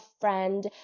friend